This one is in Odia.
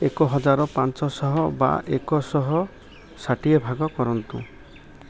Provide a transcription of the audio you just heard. ଏକ ହଜାର ପାଞ୍ଚ ଶହ ବା ଏକ ଶହ ଷାଠିଏ ଭାଗ କରନ୍ତୁ